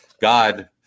God